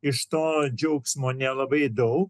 iš to džiaugsmo nelabai daug